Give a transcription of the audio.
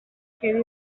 quedi